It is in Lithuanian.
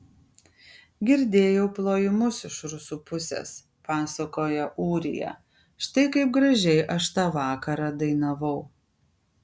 girdėjau plojimus iš rusų pusės pasakojo ūrija štai kaip gražiai aš tą vakarą dainavau